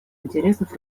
интересов